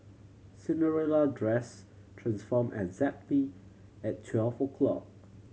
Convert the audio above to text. Cinderella dress transform exactly at twelve o'clock